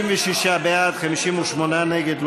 56 בעד, 58 נגד.